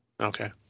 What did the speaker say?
Okay